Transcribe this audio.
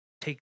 take